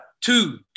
two